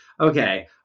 okay